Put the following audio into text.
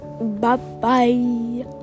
Bye-bye